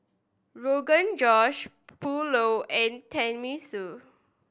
Rogan Josh Pulao and Tenmusu